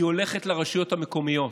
זה הולך לרשויות המקומיות,